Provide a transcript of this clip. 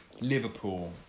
Liverpool